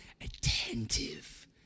Attentive